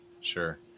sure